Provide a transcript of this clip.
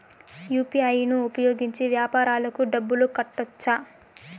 UPI ను ఉపయోగించి వ్యాపారాలకు డబ్బులు కట్టొచ్చా?